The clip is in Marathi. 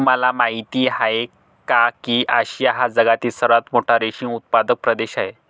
तुम्हाला माहिती आहे का की आशिया हा जगातील सर्वात मोठा रेशीम उत्पादक प्रदेश आहे